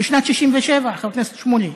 בשנת 1967, חבר הכנסת שמולי.